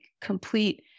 complete